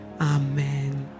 amen